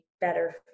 better